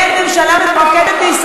אבל אני אומר לכם: אין ממשלה מתפקדת בישראל,